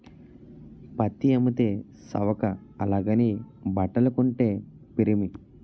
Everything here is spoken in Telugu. పత్తి అమ్మితే సవక అలాగని బట్టలు కొంతే పిరిమి